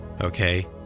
okay